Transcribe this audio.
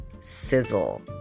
sizzle